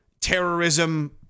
terrorism